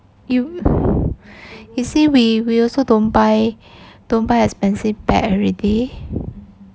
you you see we we also don't buy don't buy expensive bag already